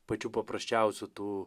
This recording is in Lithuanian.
pačių paprasčiausių tų